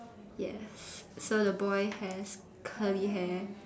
yes so the boy has curly hair